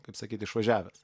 kaip sakyt išvažiavęs